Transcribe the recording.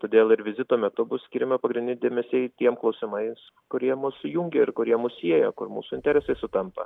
todėl ir vizito metu bus skiriami pagrindiniai dėmesiai tiems klausimais kurie mus jungia kurie mus sieja kur mūsų interesai sutampa